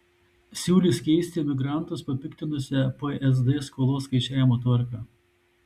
siūlys keisti emigrantus papiktinusią psd skolos skaičiavimo tvarką